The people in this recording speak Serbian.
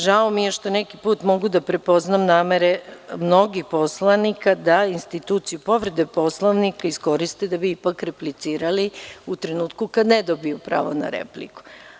Žao mi je što neki put mogu da prepoznam namere mnogih poslanika da instituciju povrede Poslovnika iskoriste da bi replicirali u trenutku kada ne dobiju pravo na repliku.